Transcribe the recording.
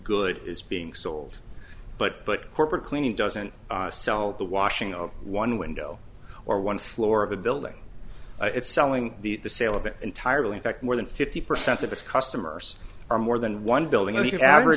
good is being sold but but corporate cleaning doesn't sell the washing up one window or one floor of a building it's selling the sale of it entirely in fact more than fifty percent of its customers are more than one building a